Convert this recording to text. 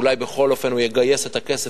אולי בכל זאת הוא יגייס את הכסף,